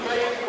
אם הייתי,